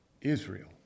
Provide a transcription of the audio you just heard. Israel